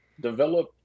develop